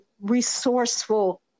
resourceful